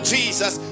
Jesus